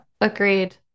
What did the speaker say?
agreed